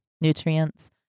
nutrients